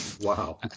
Wow